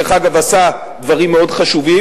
דרך אגב, הוא עשה דברים מאוד חשובים.